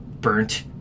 burnt